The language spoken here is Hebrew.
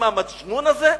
עם המג'נון הזה?